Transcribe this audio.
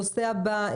נושא הבא,